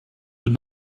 but